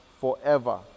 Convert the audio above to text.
Forever